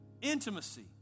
intimacy